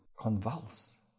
convulse